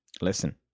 Listen